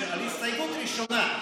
על ההסתייגות הראשונה,